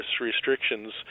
restrictions